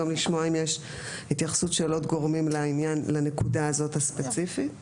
ולשמוע אם ישנה התייחסות של עוד גורמים לנקודה הספציפית הזו.